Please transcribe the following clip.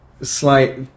slight